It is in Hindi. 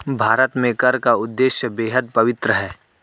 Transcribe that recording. भारत में कर का उद्देश्य बेहद पवित्र है